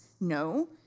No